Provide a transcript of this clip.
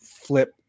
flip